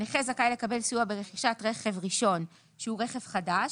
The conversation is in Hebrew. נכה זכאי לקבל סיוע ברכישת רכב ראשון שהוא רכב חדש,